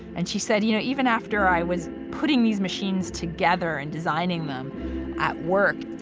and she said, you know, even after i was putting these machines together and designing them at work,